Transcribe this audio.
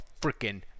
freaking